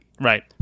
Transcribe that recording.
right